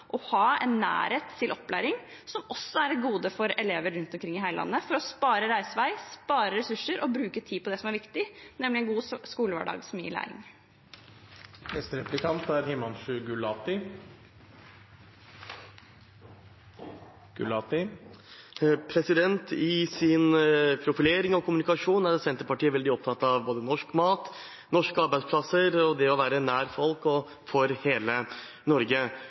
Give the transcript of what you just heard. ha en nærhet til opplæring, som også er et gode for elever rundt omkring i hele landet – for å spare reisevei, spare ressurser og bruke tid på det som er viktig, nemlig en god skolehverdag som gir læring. I sin profilering og kommunikasjon er Senterpartiet veldig opptatt av både norsk mat, norske arbeidsplasser og det å være nær folk og for hele Norge.